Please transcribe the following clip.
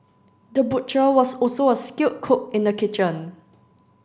the butcher was also a skilled cook in the kitchen